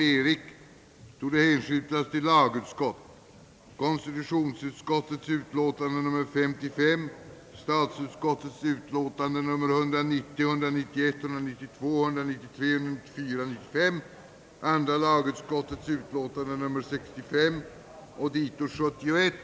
Enligt reservanternas mening borde man för framtiden räkna med att staten i huvudsak svarade för forskningsstödet.